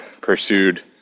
pursued